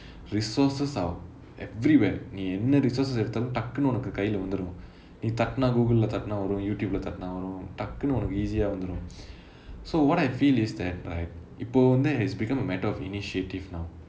resources are everywhere நீ என்ன:nee enna resources எடுத்தாலும் டக்குனு உனக்கு கையுளே வந்துரும் நீ தட்டுனா:eduthaalum takkunu unakku kaiyulae vanthurum nee tattunaa Google leh தட்டுனா வரும்:tattunaa varum YouTube leh தட்டுனா வரும் டக்குனு உனக்கு:tattunaa varum takkunu unakku easy ah வந்துரும்:vanthurum so what I feel is that right இப்போ வந்து:ippo vanthu has become a matter of initiative now